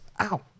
Ow